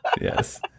Yes